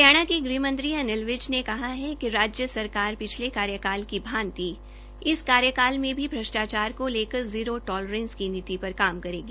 हरियाणा के गृह मंत्री अनिल विज ने कहा कि राज्य सरकार पिछले कार्यकाल की भांति इस कार्यकाल में भी भ्रष्टाचार को लेकर जीरो टालेरेंस की नीति पर काम करेगी